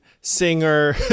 singer